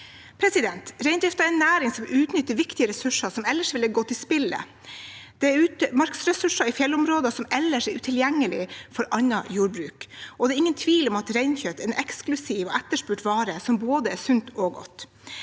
Reindriften er en næring som utnytter viktige ressurser som ellers ville gått til spille. Det er utmarksressurser i fjellområder som ellers er utilgjengelige for annet jordbruk, og det er ingen tvil om at reinkjøtt er en eksklusiv og etterspurt vare som både er sunn og god.